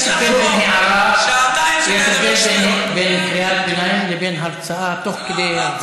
יש הבדל בין קריאת ביניים לבין הרצאה תוך כדי.